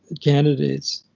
candidates.